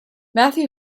matthew